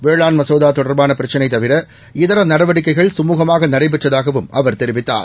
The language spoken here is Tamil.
வேளாண் மசோதா தொடா்பான பிரச்சினை தவிர இதர நடவடிக்கைகள் சுமூகமாக நடைபெற்றதாகவும் அவா் தெரிவித்தார்